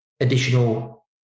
additional